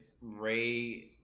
Ray